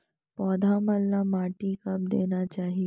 पौधा मन ला माटी कब देना चाही?